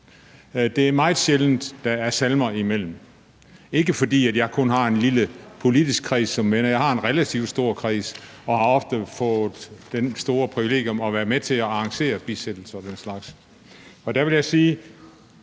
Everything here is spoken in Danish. Det er meget sjældent, at der er salmer imellem, og det er ikke, fordi jeg kun har en lille politisk kreds af venner. Jeg har en relativt stor kreds og har ofte fået det store privilegium at være med til at arrangere bisættelser og den slags, og der vil jeg sige,